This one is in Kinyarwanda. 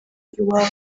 iwabo